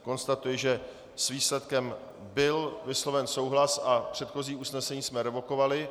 Konstatuji, že s návrhem byl vysloven souhlas a předchozí usnesení jsme revokovali.